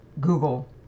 Google